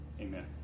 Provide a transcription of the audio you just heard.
amen